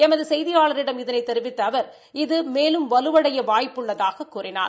எமது செய்தியாளிடம் இதனை தெரிவித்த அவர் இது மேலும் வலுவடைய வாய்ப்பு உள்ளதாகக் கூறினார்